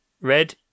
Red